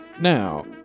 Now